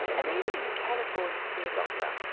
and even if you can afford to see a doctor,